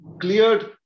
cleared